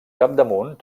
capdamunt